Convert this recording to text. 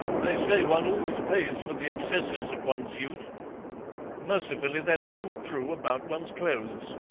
they say one always pays for the excesses of one's youth mercifully that isn't true about one's clothes.